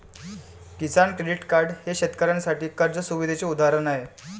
किसान credit card हे शेतकऱ्यांसाठी कर्ज सुविधेचे उदाहरण आहे